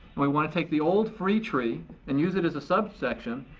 we want to take the old free tree and use it as subsection,